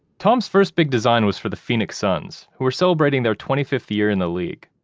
tom's first big design was for the phoenix suns, who were celebrating their twenty fifth year in the league.